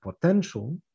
potential